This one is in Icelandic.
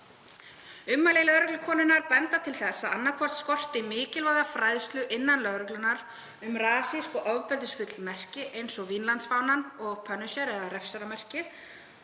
Ummæli lögreglukonunnar benda til þess að annaðhvort skorti mikilvæga fræðslu innan lögreglunnar um rasísk og ofbeldisfull merki eins og Vínlandsfánann og „Punisher“, eða refsaramerkið,